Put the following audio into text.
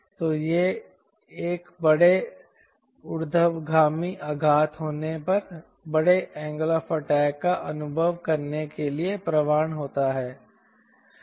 तो यह एक बड़े ऊर्ध्वगामी आघात होने पर बड़े एंगल ऑफ़ अटैक का अनुभव करने के लिए प्रवण होता है